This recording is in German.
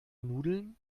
nudeln